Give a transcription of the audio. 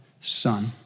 Son